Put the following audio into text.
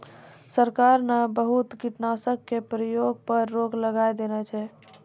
सरकार न बहुत कीटनाशक के प्रयोग पर रोक लगाय देने छै